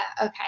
Okay